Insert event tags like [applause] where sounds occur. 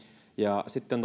ja sitten [unintelligible]